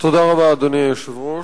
תודה רבה לשר יוסי פלד.